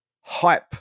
hype